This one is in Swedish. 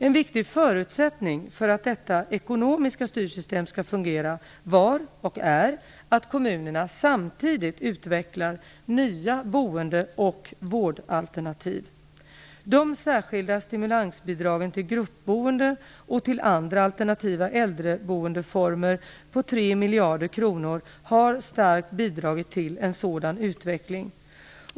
En viktig förutsättning för att detta ekonomiska styrsystem skall fungera var och är att kommunerna samtidigt utvecklar nya boende och vårdalternativ. De särskilda stimulansbidragen till gruppboende och till andra alternativa äldreboendeformer på tre miljarder kronor har starkt bidragit till en sådan utveckling.